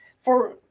for